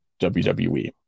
WWE